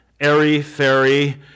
airy-fairy